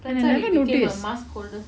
I never noticed